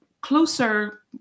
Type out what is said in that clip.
closer